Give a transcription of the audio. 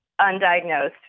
undiagnosed